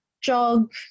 jog